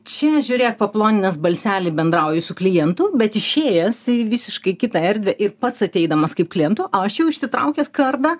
čia žiūrėk paploninęs balselį bendrauji su klientu bet išėjęs į visiškai kitą erdvę ir pats ateidamas kaip klientu aš jau išsitraukęs kardą